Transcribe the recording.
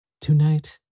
Tonight